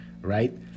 right